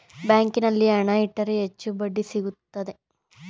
ಬ್ಯಾಂಕಿನಲ್ಲಿ ಹಣ ಇಟ್ಟರೆ ಹೆಚ್ಚು ಬಡ್ಡಿ ಸಿಗುತ್ತದೆ